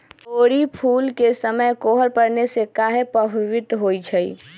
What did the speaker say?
तोरी फुल के समय कोहर पड़ने से काहे पभवित होई छई?